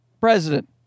president